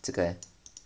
这个 eh